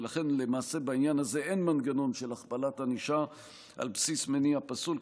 ולכן למעשה בעניין הזה אין מנגנון של הכפלת ענישה על בסיס מניע פסול,